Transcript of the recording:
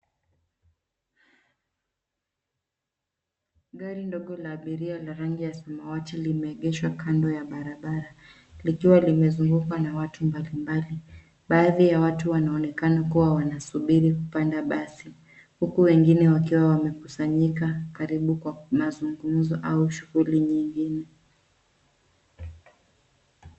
Gari ndogo la abiria la rangi ya samawati limeegeshwa kando ya barabara, likiwa limezungukwa na watu mbalimbali. Baadhi ya watu wanaonekana kuwa wanasubiri kupanda basi huku wengine wakiwa wamekusanyika karibu kwa mazungumzo au shughuli nyingine.